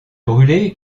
brûlé